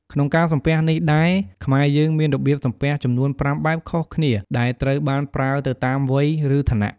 ក្នុងការសំពះនេះដែរ ខ្មែរយើងមានរបៀបសំពះចំនួនប្រាំបែបខុសគ្នា ដែលត្រូវបានប្រើទៅតាមវ័យ ឬឋានៈ។